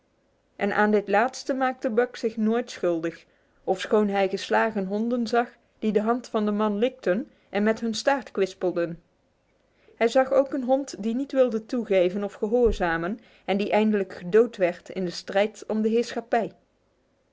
en aan dit laatste maakte buck zich nooit schuldig ofschoon hij geslagen honden zag die de hand van den man likten en met hun staart kwispelden hij zag ook een hond die niet wilde toegeven of gehoorzamen en die eindelijk gedood werd in de strijd om de